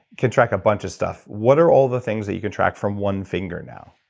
could track a bunch of stuff. what are all the things that you can track from one finger now?